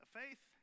faith